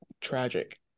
tragic